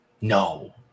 No